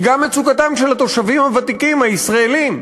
היא גם מצוקתם של התושבים הוותיקים, הישראלים.